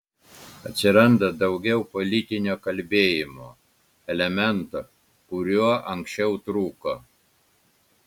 atsiranda daugiau politinio kalbėjimo elemento kuriuo anksčiau trūko